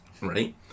Right